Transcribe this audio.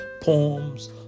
poems